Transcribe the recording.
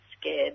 scared